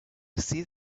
see